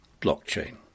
blockchain